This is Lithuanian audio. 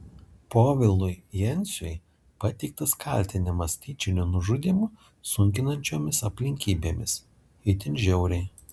povilui jenciui pateiktas kaltinimas tyčiniu nužudymu sunkinančiomis aplinkybėmis itin žiauriai